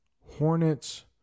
hornets